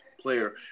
player